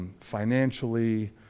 financially